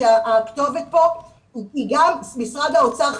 שהכתובת פה היא גם משרד האוצר.